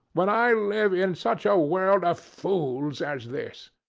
when i live in such a world of fools as this?